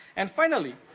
and finally,